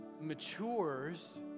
matures